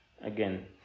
again